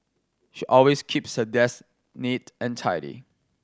she always keeps her desk neat and tidy